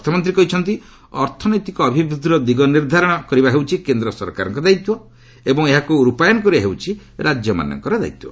ଅର୍ଥମନ୍ତ୍ରୀ କହିଛନ୍ତି ଅର୍ଥନୈତିକ ଅଭିବୃଦ୍ଧିର ଦିଗ ନିର୍ଦ୍ଧାରଣ କରିବା ହେଉଛି କେନ୍ଦ୍ର ସରକାରଙ୍କ ଦାୟିତ୍ୱ ଏବଂ ଏହାକୁ ରୂପାୟନ କରିବା ହେଉଛି ରାଜ୍ୟମାନଙ୍କର ଦାୟିତ୍ୱ